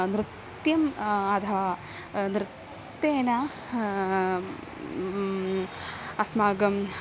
नृत्यम् अधः नृत्तेन अस्माकम्